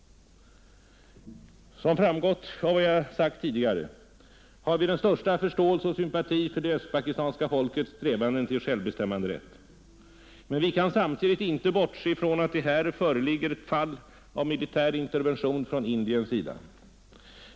Som framgått av vad jag sagt tidigare har vi den största förståelse och sympati för det östpakistanska folkets strävanden till självbestämmanderätt. Men vi kan samtidigt inte bortse ifrån att det här föreligger ett fall av militär intervention från Indiens sida.